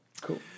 Cool